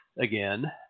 again